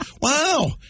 wow